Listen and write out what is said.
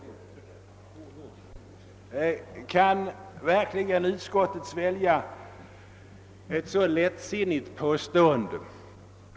Kan utskottet verkligen svälja ett så lättsinnigt påstående?